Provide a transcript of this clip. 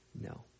No